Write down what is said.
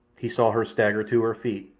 he saw her stagger to her feet,